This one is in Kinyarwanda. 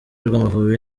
rw’amavubi